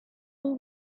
will